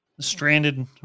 stranded